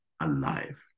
alive